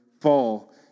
fall